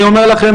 אני אומר לכם,